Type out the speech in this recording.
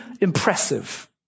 impressive